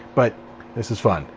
but this is fun.